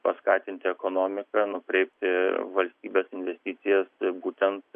paskatinti ekonomiką nukreipti valstybės investicijas būtent